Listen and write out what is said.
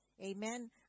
Amen